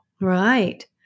Right